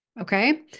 Okay